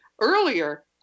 earlier